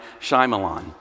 Shyamalan